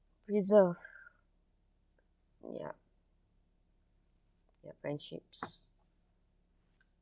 preserve ya yup friendships